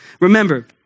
Remember